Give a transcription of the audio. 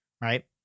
right